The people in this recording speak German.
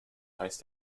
heißt